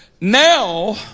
Now